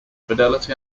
fidelity